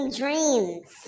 dreams